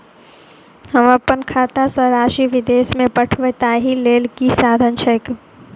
हम अप्पन खाता सँ राशि विदेश मे पठवै ताहि लेल की साधन छैक?